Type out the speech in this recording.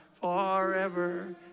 forever